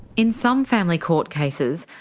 in some family court cases,